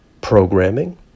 programming